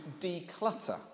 declutter